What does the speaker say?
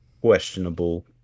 questionable